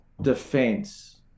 defense